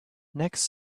next